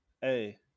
Hey